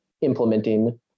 implementing